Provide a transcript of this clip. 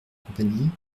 compagnie